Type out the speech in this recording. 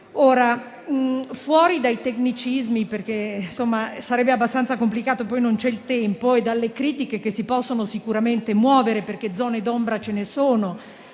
Fuori dai tecnicismi, perché sarebbe abbastanza complicato e non c'è il tempo, e dalle critiche che si possono sicuramente muovere, perché zone d'ombre ci sono